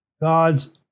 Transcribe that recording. God's